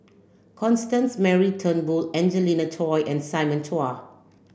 Constance Mary Turnbull Angelina Choy and Simon Chua